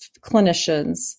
clinicians